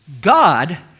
God